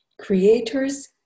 Creators